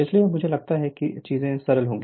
इसलिए मुझे लगता है कि चीजें सरल होंगी